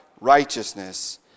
righteousness